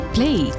Play